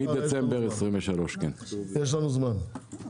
יש אז לנו זמן.